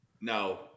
No